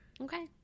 Okay